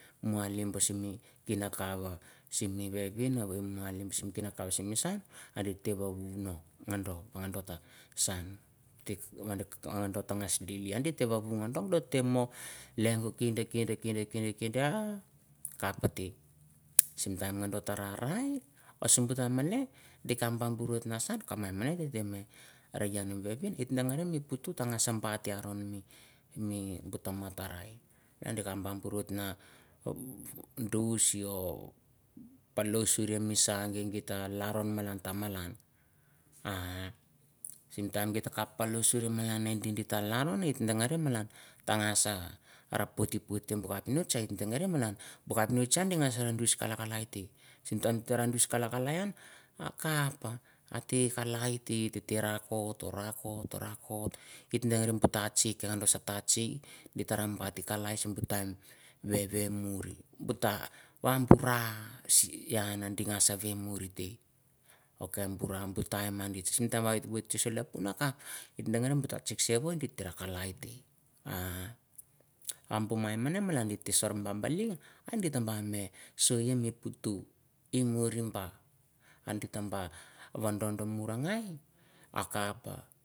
Muh ah li, bah seh mi kia ah kapha, seh mi vehvin eh wohoi muh hali seh kineh kaph ah sha missah ah giteh meh vah wah noh gan doh, gau doh tah sahn, ah doh tah gash deh lih giteh werr whee doh teh moh lengah kindeh. kineh. kindeh rai kapha yeh. sim timi doh cah rah rai ha sim buh taim mene teah kaph bah burr waith nah saht cah mai meneh yea teh meh rik yu mi vehvia. Hit deh reh mi puh tah gash hat gahron mi. boh yoh mahn rai dih buk barr waiat mah du shi oh. paloh surr hi missah. geh gita laron malan yah. malan han. Sim time time geh tah kaph pah loh surr ih malan han dih teh laronn. hite dangere malan tah dangash sha rha phat puhat teh buh capaist hait tah dangereh buh capmist han dish gash kalai teh. Simi time tah rah dis kalai han akaph hateh kalai teh. Teh teh rakot oh rakot, git dereh bush capmist han dih gas dish kahlaisteh. Sim time tah rah dis kalai kalai han akap. han akaph, hateh kalai teh. teh teh rakot oh rakot. git dered buh tasik ieha doh sha ta tahtahgih tua bet kalai ah siau buh time wah weh murr, buh ta wah buh rah. hiyau dih gash weh murr teh ok buh rah hiandia gash ahe weh muerr teh ok burr teh, ok buarr bu tah malan dih. sim sim time eh woh tete soh leuga kaph. eh dangered bu tah tisik sehio giteh bah meh sorr keh mi phu tuhhimur buh ah gitah buh woncha murr geh akaph.